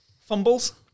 Fumbles